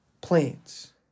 Plants